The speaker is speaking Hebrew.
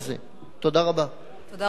תודה רבה לך, חבר הכנסת אריה אלדד.